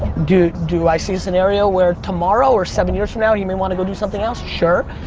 do do i see a scenario where tomorrow or seven years from now he may want to go do something else? sure.